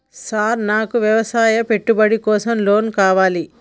Sir నాకు వ్యవసాయ పెట్టుబడి కోసం లోన్ కావాలి?